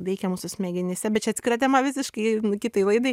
veikia mūsų smegenyse bet čia atskira tema visiškai kitai laidai